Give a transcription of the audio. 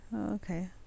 okay